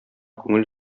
күңел